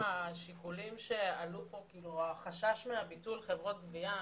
לגבי השיקולים שעלו פה ולגבי החשש מביטול חברות גבייה.